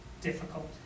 difficult